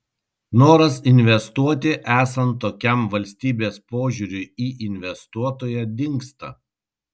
noras investuoti esant tokiam valstybės požiūriui į investuotoją dingsta